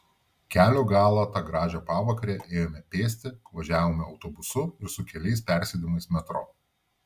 kelio galą tą gražią pavakarę ėjome pėsti važiavome autobusu ir su keliais persėdimais metro